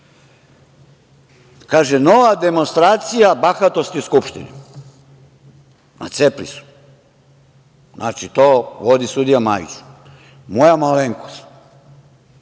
kaže - nova demonstracija bahatosti u skupštini, na CEPRIS-u. Znači, to vodi sudija Majić, moja malenkost,